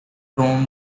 tony